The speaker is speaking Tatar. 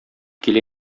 килә